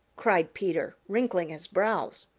cried peter, wrinkling his brows.